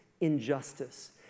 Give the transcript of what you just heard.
injustice